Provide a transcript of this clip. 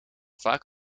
vaak